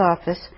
office